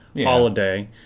holiday